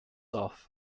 off